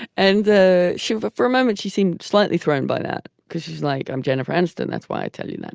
and the shiva for a moment she seemed slightly threatened by that because she's like i'm jennifer aniston. that's why i tell you that.